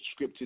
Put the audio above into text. scripted